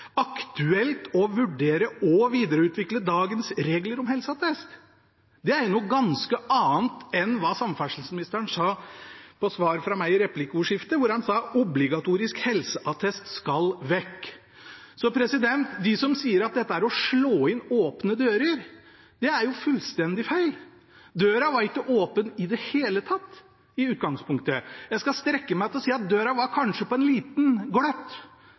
er jo noe ganske annet enn det samferdselsministeren ga som svar til meg i replikkordskiftet, hvor han sa: «Obligatorisk helseattest vil vi ha vekk.» De som sier at dette er å slå inn åpne dører, tar fullstendig feil. Døra var jo ikke åpen i det hele tatt i utgangspunktet. Jeg skal strekke meg til å si at døra kanskje var litt på